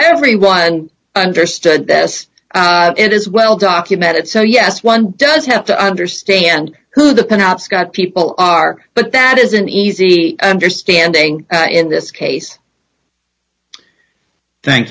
everyone understood best it is well documented so yes one does have to understand who the cannot scott people are but that isn't easy understanding in this case thank